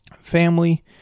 family